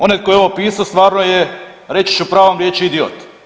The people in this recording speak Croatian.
Onaj tko je ovo pisao stvarno je reći ću pravom riječi idiot.